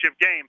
game